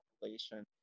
population